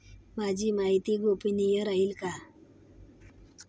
माझी माहिती गोपनीय राहील का?